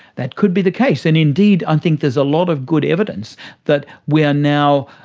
that could be the case, and indeed i think there's a lot of good evidence that we are now,